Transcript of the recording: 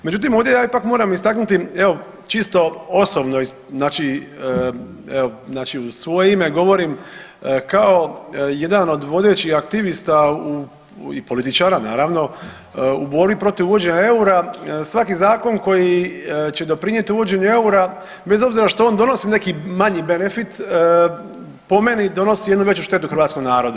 Međutim, ovdje ja ipak moram istaknuti evo čisto osobno, znači u svoje ime govorim kao jedan od vodećih aktivista i političara naravno u borbi protiv uvođenja eura svaki zakon koji će doprinijeti uvođenju eura bez obzira što on donosi neki manji benefit, po meni donosi jednu veću štetu hrvatskom narodu.